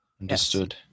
Understood